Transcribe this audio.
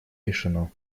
решено